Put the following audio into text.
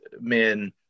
men